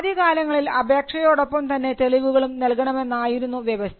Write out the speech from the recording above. ആദ്യകാലങ്ങളിൽ അപേക്ഷയോടൊപ്പം തന്നെ തെളിവുകളും നൽകണമെന്നായിരുന്നു വ്യവസ്ഥ